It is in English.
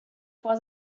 was